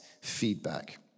feedback